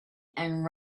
and